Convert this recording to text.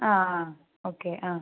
ആ ആ ഓക്കെ ആ